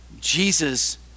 Jesus